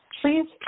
Please